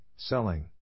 selling